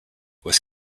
was